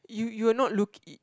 you you're not looking